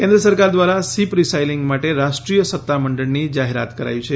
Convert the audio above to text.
કેન્દ્ર સરકાર દ્વારા શિપ રિસાયકલીંગ માટે રાષ્ટ્રીય સત્તામંડળની જાહેરાત કરાઈ છે